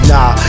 Nah